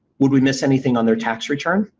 would we miss anything on their tax return?